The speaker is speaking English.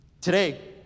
Today